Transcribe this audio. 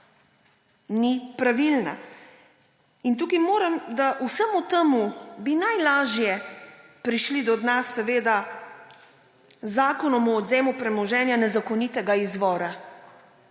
ni pravilna. In tukaj moram reči, da bi vsemu temu najlažje prišli do dna seveda z Zakonom o odvzemu premoženja nezakonitega izvora.